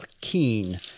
keen